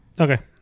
Okay